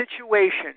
situation